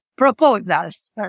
proposals